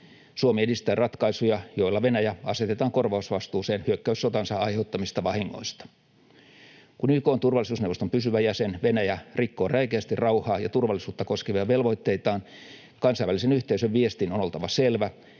Suomi edistää ratkaisuja, joilla Venäjä asetetaan korvausvastuuseen hyökkäyssotansa aiheuttamista vahingoista. Kun YK:n turvallisuusneuvoston pysyvä jäsen, Venäjä, rikkoo räikeästi rauhaa ja turvallisuutta koskevia velvoitteitaan, kansainvälisen yhteisön viestin on oltava selvä: